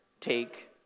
take